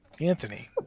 anthony